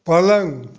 पलंग